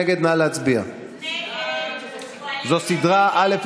שנקראים בטעות "המשלוחים החיים"; למעשה הם משלוחי מוות